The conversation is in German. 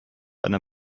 eine